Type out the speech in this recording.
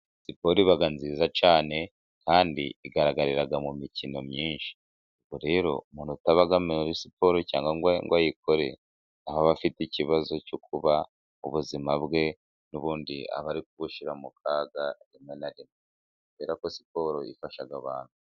Siporo, iba nziza cyane . Kandi, igaragarira mu mikino myinshi. Ubwo rero, umuntu utaba muri siporo cyangwa ngo ayikore, aba afite ikibazo cyo kuba ubuzima bwe n'ubundi aba ari kubushyira mu kaga rimwe na rimwe. Kubera ko siporo ifasha abantu.